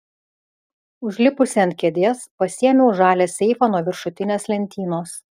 užlipusi ant kėdės pasiėmiau žalią seifą nuo viršutinės lentynos